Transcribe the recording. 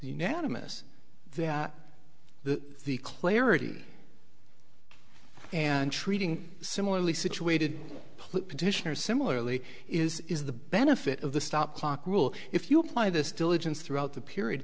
unanimous that the the clarity and treating similarly situated put petitioners similarly is is the benefit of the stop clock rule if you apply this diligence throughout the period